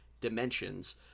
dimensions